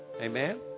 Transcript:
Amen